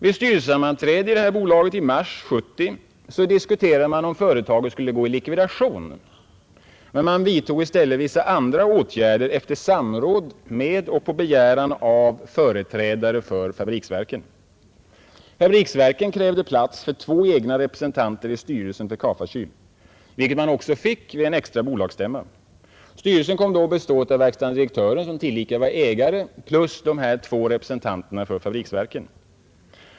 Vid ett styrelsesammanträde i bolaget i mars 1970 diskuterade man om företaget skulle gå i likvidation, men man vidtog i stället vissa andra åtgärder efter samråd med och på begäran av företrädare för Fabriksverken. Fabriksverken krävde plats för två egna representanter i styrelsen för Ka-Fa Kyl, vilket man också fick vid en extra bolagsstämma. Styrelsen kom då att bestå av verkställande direktören, som tillika var ägare, plus de två representanterna för Fabriksverken.